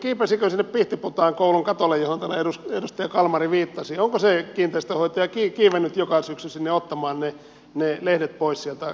onko sinne pihtiputaan koulun katolle johon täällä edustaja kalmari viittasi se kiinteistönhoitaja kiivennyt joka syksy ottamaan ne lehdet pois sieltä kattokaivoista